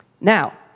Now